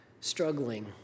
struggling